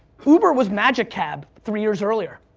uber was magic cab three years earlier.